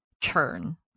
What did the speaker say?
churn